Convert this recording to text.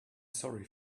sorry